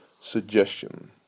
suggestion